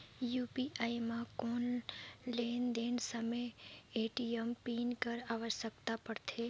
UPI म कौन लेन देन समय ए.टी.एम पिन कर आवश्यकता पड़थे?